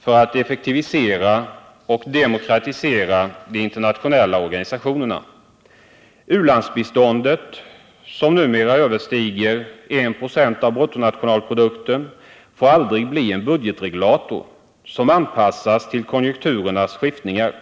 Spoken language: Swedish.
för att effektivisera och demokratisera de internationella organisationerna. U-landsbiståndet, som numera överstiger 1 96 av BNP, får aldrig bli en budgetregulator som anpassas till konjunkturernas skiftningar.